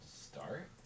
Start